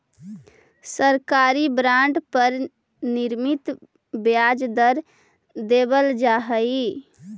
सरकारी बॉन्ड पर निश्चित ब्याज दर देवल जा हइ